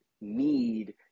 need